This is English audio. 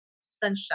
sunshine